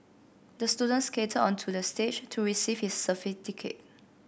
the student skated onto the stage to receive his certificate